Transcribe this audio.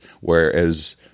whereas